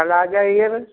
कल आ जाइए बस